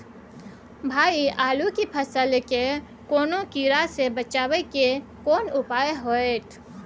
भाई आलू के फसल के कौनुआ कीरा से बचाबै के केना उपाय हैयत?